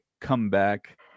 comeback